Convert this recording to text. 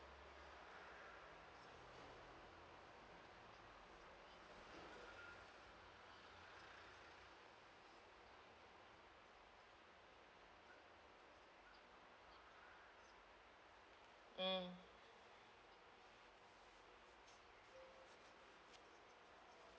mm